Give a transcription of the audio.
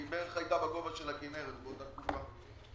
היא הייתה בערך בגובה של הכינרת באותה תקופה.